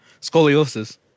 scoliosis